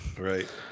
right